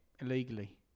illegally